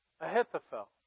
Ahithophel